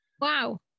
wow